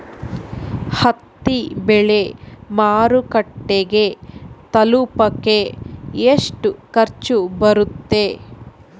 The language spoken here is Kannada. ಹತ್ತಿ ಬೆಳೆ ಮಾರುಕಟ್ಟೆಗೆ ತಲುಪಕೆ ಎಷ್ಟು ಖರ್ಚು ಬರುತ್ತೆ?